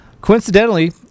Coincidentally